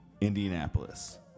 Indianapolis